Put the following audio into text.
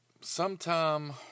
sometime